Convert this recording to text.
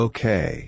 Okay